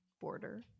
border